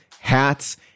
hats